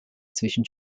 zwischen